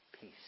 peace